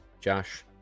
josh